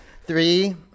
Three